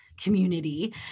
community